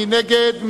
מי נגד?